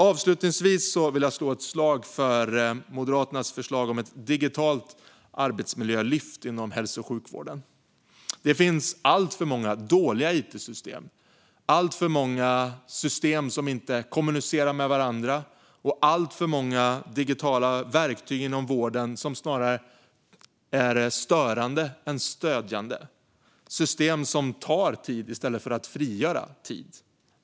Avslutningsvis vill jag slå ett slag för Moderaternas förslag om ett digitalt arbetsmiljölyft inom hälso och sjukvården. Det finns alltför många dåliga it-system, alltför många system som inte kommunicerar med varandra och alltför många digitala verktyg inom vården som är störande snarare än stödjande och som tar tid i stället för att frigöra tid.